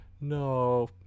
No